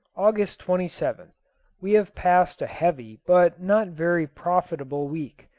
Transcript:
august twenty seventh we have passed a heavy but not very profitable week.